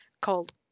called